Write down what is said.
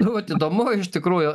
nu vat įdomu iš tikrųjų